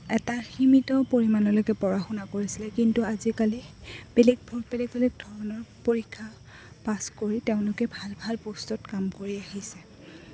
এটা সীমিত পৰিমাণলৈকে পঢ়া শুনা কৰিছিলে কিন্তু আজিকালি বেলেগ বেলেগ বেলেগ ধৰণৰ পৰীক্ষা পাছ কৰি তেওঁলোকে ভাল ভাল পোষ্টত কাম কৰি আহিছে